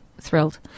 thrilled